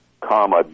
comma